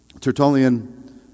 Tertullian